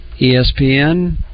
ESPN